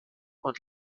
und